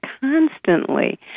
constantly